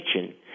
kitchen